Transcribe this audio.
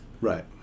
Right